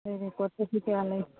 ꯂꯩ